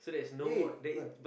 eh but